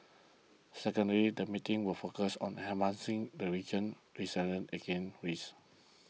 secondly the meetings will focus on enhancing the region's resilience again risks